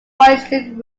royston